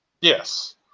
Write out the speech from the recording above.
Yes